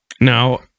Now